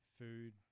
food